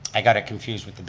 i got it confused with